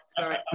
sorry